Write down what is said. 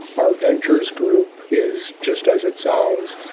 our ventures group is, just as it sounds,